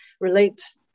relates